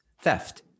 Theft